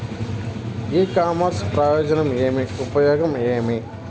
ఇ commerce ప్రయోజనం ఏమి? ఉపయోగం ఏమి?